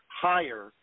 higher